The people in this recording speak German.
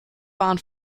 bahn